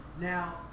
Now